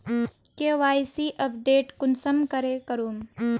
KYC update कुंसम करे करूम?